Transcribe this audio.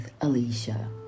Alicia